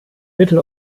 mittel